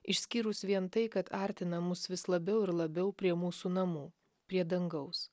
išskyrus vien tai kad artina mus vis labiau ir labiau prie mūsų namų prie dangaus